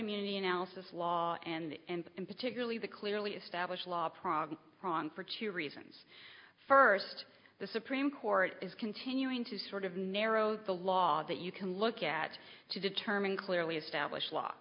immunity analysis law and in particularly the clearly established law prague wrong for two reasons first the supreme court is continuing to sort of narrow the law that you can look at to determine clearly established law